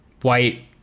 White